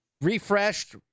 refreshed